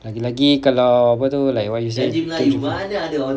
lagi-lagi kalau apa tu like what you said